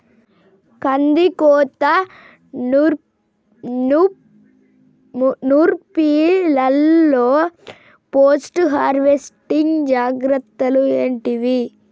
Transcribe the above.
కందికోత నుర్పిల్లలో post harvesting జాగ్రత్తలు ఏంటివి?